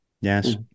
Yes